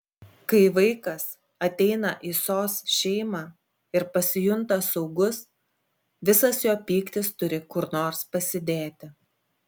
kai vaikas ateina į sos šeimą ir pasijunta saugus visas jo pyktis turi kur nors pasidėti